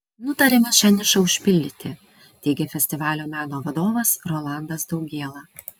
nutarėme šią nišą užpildyti teigė festivalio meno vadovas rolandas daugėla